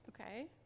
Okay